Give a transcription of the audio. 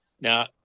Now